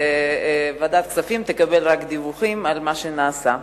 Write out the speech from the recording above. וועדת הכספים תקבל רק דיווחים על מה שנעשה.